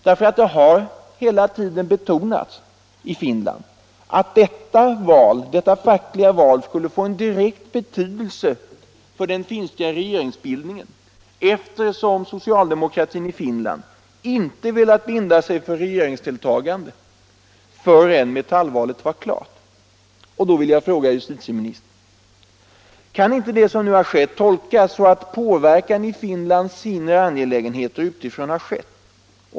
Det har hela tiden betonats i Finland att detta val skulle få en direkt betydelse på den finska regeringsbildningen, eftersom socialdemokratin i Finland inte velat binda sig för regeringsdeltagande förrän Metallvalet var klart. Då vill jag fråga justitieministern: Kan inte det som nu har skett tolkas så att påverkan i Finlands inre angelägenheter utifrån har skett?